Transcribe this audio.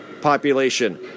Population